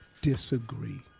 disagree